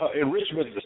enrichment